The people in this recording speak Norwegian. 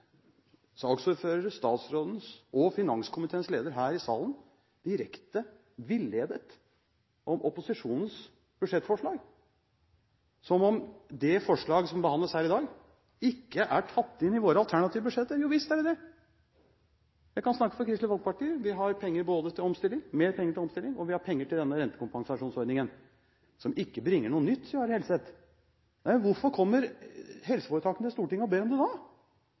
fra statsrådens og fra finanskomiteens leder her i salen direkte villedet om opposisjonens budsjettforslag, om at det forslaget som behandles her i dag, ikke er tatt inn i våre alternative budsjetter. Jo visst er det det! Jeg kan snakke for Kristelig Folkeparti. Vi har mer penger til omstilling, og vi har penger til rentekompensasjonsordningen – som ikke bringer noe nytt, sa Are Helseth. Hvorfor kommer helseforetakene til Stortinget og ber om det, da? Det er veldig rart at de skulle be om det